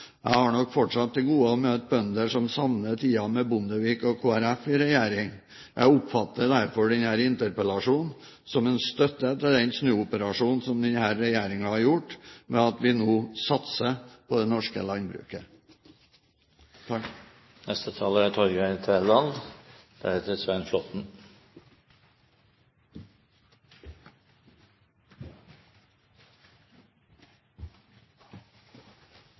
Jeg har nok fortsatt til gode å møte bønder som savner tiden med Bondevik og Kristelig Folkeparti i regjering. Jeg oppfatter derfor denne interpellasjonen som en støtte til den snuoperasjonen som denne regjeringen har gjort, med at vi nå satser på det norske